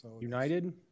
United